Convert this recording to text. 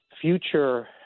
future